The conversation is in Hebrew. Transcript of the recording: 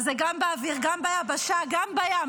אז זה גם באוויר, גם ביבשה וגם בים.